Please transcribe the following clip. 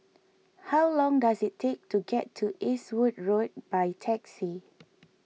how long does it take to get to Eastwood Road by taxi